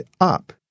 up